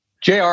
Jr